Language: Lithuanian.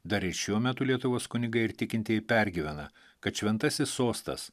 dar ir šiuo metu lietuvos kunigai ir tikintieji pergyvena kad šventasis sostas